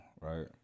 right